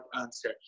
answer